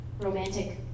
romantic